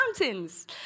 mountains